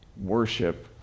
worship